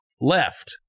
left